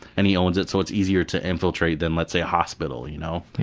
and he owns it so it's easier to infiltrate than let's say a hospital. you know